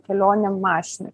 kelionėm mašinoj